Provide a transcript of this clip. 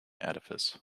edifice